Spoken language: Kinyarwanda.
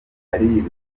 ariruka